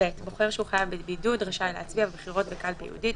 (ב)בוחר שהוא חייב בבידוד רשאי להצביע בבחירות בקלפי ייעודית,